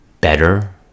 better